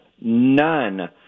none